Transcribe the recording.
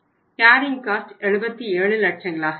carrying cost 77 லட்சங்களாக இருக்கும்